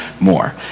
more